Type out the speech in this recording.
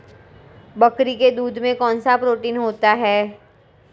बकरी के दूध में कौनसा प्रोटीन होता है?